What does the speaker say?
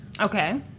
Okay